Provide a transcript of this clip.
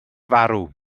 farw